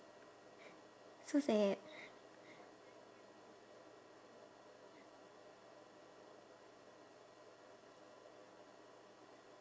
so sad